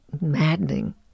maddening